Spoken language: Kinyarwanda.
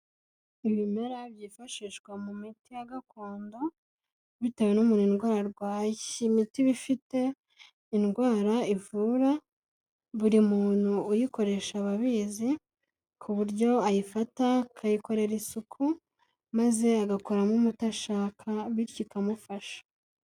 Ibimera byifashishwa mu miti ya gakondo bitewe n'umuntu indwara arwaye, iyi miti iba ifite indwara ivura, buri muntu uyikoresha aba abizi ku buryo ayifata akayikorera isuku maze agakoramo umuti ashaka bityo ikamufasha.